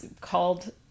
called